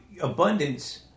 abundance